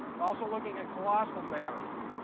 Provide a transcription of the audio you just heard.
we're also looking at colossal batteries.